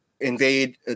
invade